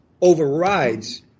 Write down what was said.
overrides